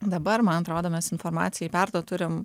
dabar man atrodo mes informacijai perduot turime